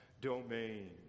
domain